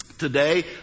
Today